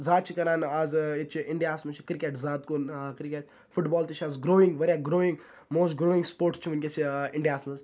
زیادٕ چھِ کَران آزِ ییٚتہِ چھُ اِنڈِیا ہَس مَنٛز چھُ کرکٹ زیادٕ کُن کرکٹ فُٹ بال تہٕ چھُ اَز گرویِنٛگ واریاہ گرویِنٛگ موسٹہٕ گرویِنٛگ سُپوٹٕس چھُ وِنکیٚس یہِ اِنڈِیا ہَس مَنٛز